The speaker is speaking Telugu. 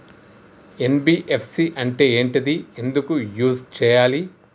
ఎన్.బి.ఎఫ్.సి అంటే ఏంటిది ఎందుకు యూజ్ చేయాలి?